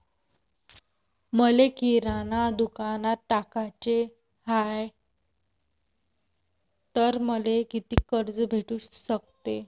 मले किराणा दुकानात टाकाचे हाय तर मले कितीक कर्ज भेटू सकते?